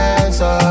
answer